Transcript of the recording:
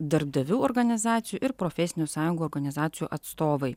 darbdavių organizacijų ir profesinių sąjungų organizacijų atstovai